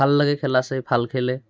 ভাল লাগে খেলা চাই ভাল খেলে